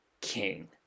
King